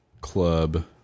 Club